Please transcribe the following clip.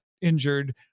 injured